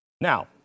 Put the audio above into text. Now